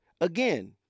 Again